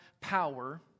power